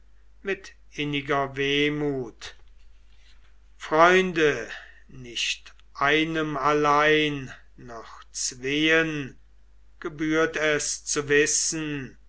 mit inniger wehmut freunde nicht einem allein noch zweenen gebührt es zu wissen